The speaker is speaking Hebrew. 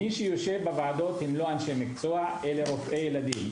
מי שיושב בוועדות הם לא אנשי מקצוע אלא רופאי ילדים.